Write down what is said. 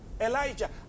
Elijah